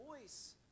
voice